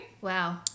wow